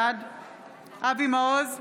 בעד אבי מעוז,